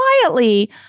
quietly